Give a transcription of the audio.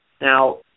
Now